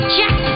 Check